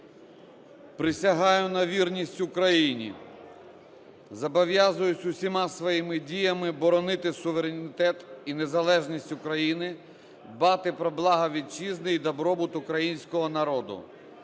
Присягаю на вірність Україні. Зобов'язуюсь усіма своїми діями боронити суверенітет і незалежність України, дбати про благо Вітчизни і добробут Українського народу.